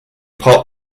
pot